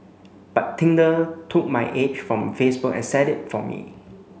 but Tinder took my age from Facebook and set it for me